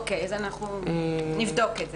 אוקיי, אז אנחנו נבדוק את זה.